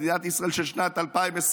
מדינת ישראל של שנת 2021,